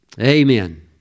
Amen